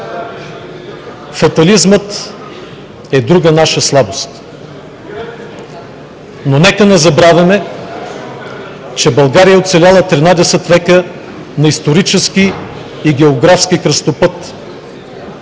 Фатализмът е друга наша слабост, но нека не забравяме, че България е оцеляла 13 века на исторически и географски кръстопът.